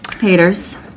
Haters